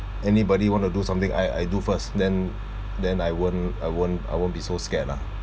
anybody want to do something I I do first then then I won't I won't I won't be so scared lah